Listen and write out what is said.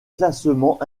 classement